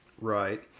right